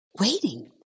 Waiting